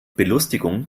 belustigung